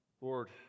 Lord